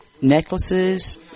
Necklaces